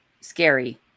scary